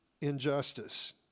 injustice